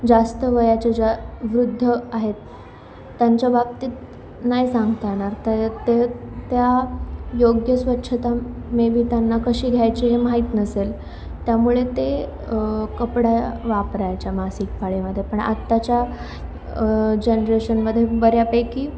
जास्त वयाचे ज्या वृद्ध आहेत त्यांच्या बाबतीत नाही सांगता येणार त्यामुळे ते त्या योग्य स्वच्छता मेबी त्यांना कशी घ्यायची हे माहीत नसेल त्यामुळे ते कपडा वापरायच्या मासिकपाळीमध्येपण आताच्या जनरेशनमध्ये बऱ्यापैकी